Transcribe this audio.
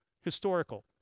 Historical